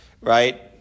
right